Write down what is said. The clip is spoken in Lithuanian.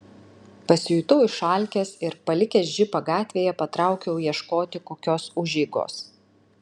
pasijutau išalkęs ir palikęs džipą gatvėje patraukiau ieškoti kokios užeigos